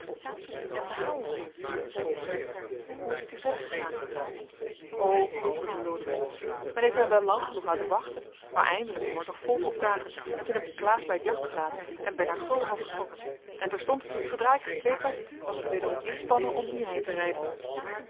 en verhaal ons eens zeide henriëtte hoe is het u verder gegaan o antwoordde lodewijk men heeft mij wel lang genoeg laten wachten maar eindelijk kwam er toch volk opdagen en toen heb ik klaas bij t jacht gelaten en ben naar guldenhof getrokken en terstond zoodra ik gekleed was was het wederom inspannen om hierheen te rijden